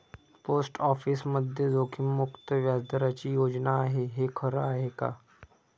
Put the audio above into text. Post ऑफिसमध्ये जोखीममुक्त व्याजदराची योजना आहे, हे खरं आहे का?